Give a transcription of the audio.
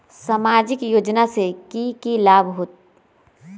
सामाजिक योजना से की की लाभ होई?